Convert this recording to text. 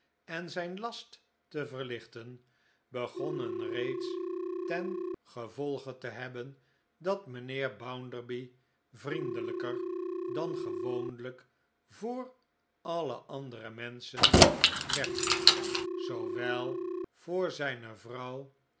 en zijn last te verlichten begonnen reeds ten gevolge te hebben dat mijnheer bounderby vriendelijker dan gewoonlijk voor alle andere menschen werd zoowel voor zijne vrouw